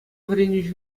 вӗренӳ